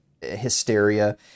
hysteria